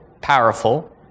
powerful